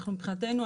מבחינתנו,